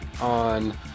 on